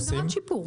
זה במגמת שיפור.